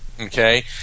okay